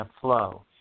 flow